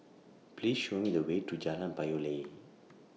Please Show Me The Way to Jalan Payoh Lai